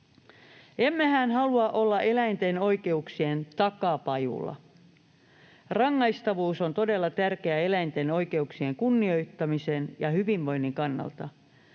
Emmehän halua olla eläinten oikeuksien takapajula. Rangaistavuus on todella tärkeä eläinten oikeuksien kunnioittamisen ja hyvinvoinnin kannalta.